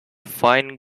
fine